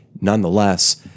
nonetheless